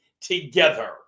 together